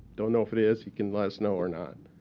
don't know if it is. you can let us know or not.